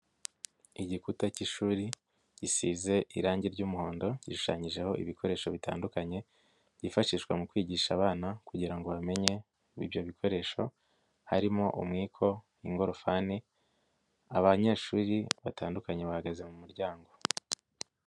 Igikuta cy'ishuri gisize irangi r'muhondo, gishushanyijeho ibikoresho bitandukanye byifashishwa mu kwigisha abana kugirango bamenye ibyo bikoresho, harimo umwiko, ingorofani, abanyeshuri batandukanye bahagaze mu muryango.